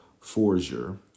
Forger